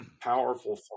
powerful